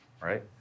right